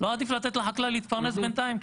לא עדיף לתת לחקלאי להתפרנס ביניים?